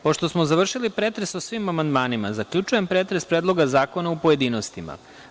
Pošto smo završili pretres o svim amandmanima, zaključujem pretres Predloga zakona u pojedinostima.